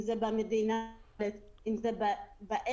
אם במדינה באמצע,